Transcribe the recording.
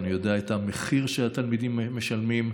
אני יודע מה המחיר שהתלמידים משלמים.